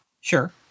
Sure